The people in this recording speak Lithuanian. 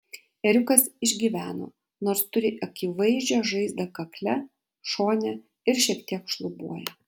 ėriukas išgyveno nors turi akivaizdžią žaizdą kakle šone ir šiek tiek šlubuoja